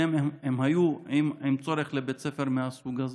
שהיה להם צורך בבית ספר מהסוג הזה.